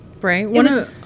right